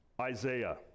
Isaiah